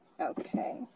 Okay